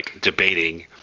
debating